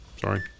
sorry